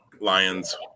Lions